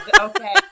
Okay